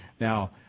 Now